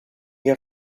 you